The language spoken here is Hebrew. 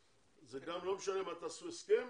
זה גם לא משנה מה תעשו הסכם.